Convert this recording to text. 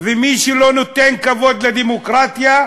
ומי שלא נותן כבוד לדמוקרטיה,